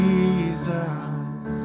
Jesus